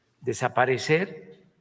desaparecer